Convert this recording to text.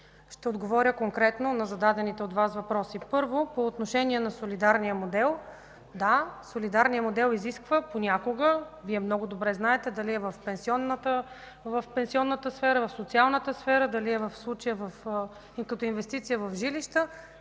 Ще отговоря конкретно на зададените от Вас въпроси. Първо, по отношение на солидарния модел. Да, солидарният модел изисква понякога, Вие много добре знаете – дали е в пенсионната сфера, в социалната сфера, а в случая е като инвестиция в жилища